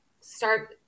start